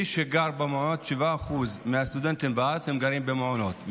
7% מהסטודנטים בארץ גרים במעונות,